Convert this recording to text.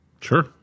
Sure